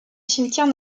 cimetière